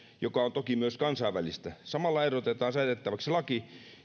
joka on toki myös kansainvälistä samalla ehdotetaan säädettäväksi laki